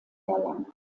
erlangt